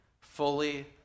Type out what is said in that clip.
fully